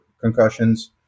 concussions